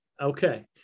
Okay